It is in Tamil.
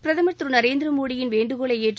பிரதமர் திரு நரேந்திரமோடியின் வேண்டுகோளை ஏற்று